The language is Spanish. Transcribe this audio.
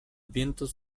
vientos